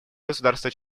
государства